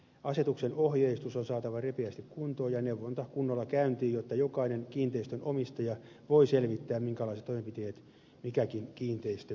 asetuksen ohjeistus on saatava ripeästi kuntoon ja neuvonta kunnolla käyntiin jotta jokainen kiinteistön omistaja voi selvittää minkälaiset toimenpiteet mikäkin kiinteistö vaatii